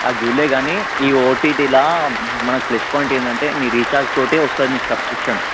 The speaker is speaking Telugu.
అది చూడలేదు కానీ ఈ ఓటీటీలో మనకు ప్లస్ పాయింట్ ఏంటంటే నీ రీఛార్జ్తో వస్తుంది నీకు సబ్స్క్రిప్షన్